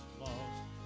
lost